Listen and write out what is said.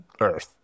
Earth